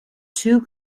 two